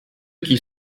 qu’ils